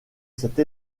cette